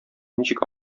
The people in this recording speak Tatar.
ничек